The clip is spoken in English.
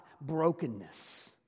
brokenness